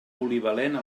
polivalent